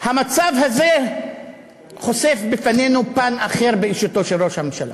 המצב הזה חושף בפנינו פן אחר באישיותו של ראש הממשלה,